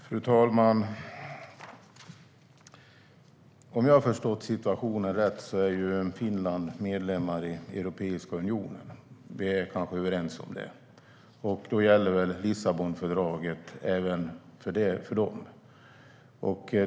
Fru talman! Om jag förstått situationen rätt är Finland medlem i Europeiska unionen. Det är vi kanske överens om. Då gäller väl Lissabonfördraget även för Finland?